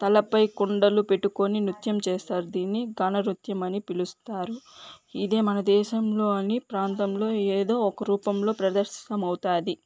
తలపై కుండలు పెట్టుకొని నృత్యం చేస్తారు దీన్ని గాన నృత్యం అని పిలుస్తారు ఇది మన దేశంలోని ప్రాంతంలో ఎదో ఒక రూపంలో ప్రదర్శనమవుతుంది